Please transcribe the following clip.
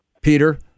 Peter